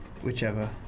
Whichever